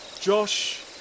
Josh